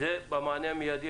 זה לגבי המענה המיידי.